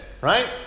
right